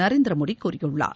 நரேந்திர மோடி கூறியுள்ளார்